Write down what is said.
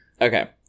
Okay